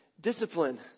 discipline